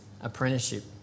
apprenticeship